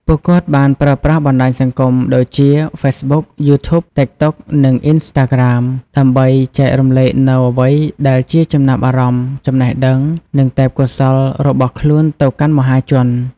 ពួកគាត់បានប្រើប្រាស់បណ្តាញសង្គមដូចជា ហ្វេសប៊ុក យូធូប តិកតុក និងអុីនស្តាក្រាម ដើម្បីចែករំលែកនូវអ្វីដែលជាចំណាប់អារម្មណ៍ ចំណេះដឹង និងទេពកោសល្យរបស់ខ្លួនទៅកាន់មហាជន។